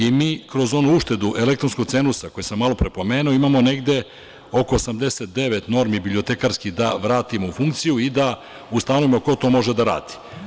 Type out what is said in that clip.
I mi kroz onu uštedu, elektronskog cenusa koji sam malo pre pomenuo, imamo negde oko 89 normi bibliotekarskih da vratimo u funkciju i da ustanovimo ko to može da radi.